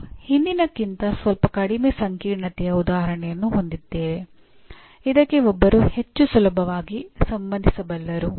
ನಾವು ಹಿಂದಿನದಕ್ಕಿಂತ ಸ್ವಲ್ಪ ಕಡಿಮೆ ಸಂಕೀರ್ಣತೆಯ ಉದಾಹರಣೆಯನ್ನು ಹೊಂದಿದ್ದೇವೆ ಇದಕ್ಕೆ ಒಬ್ಬರು ಹೆಚ್ಚು ಸುಲಭವಾಗಿ ಸಂಬಂಧಿಸಬಲ್ಲರು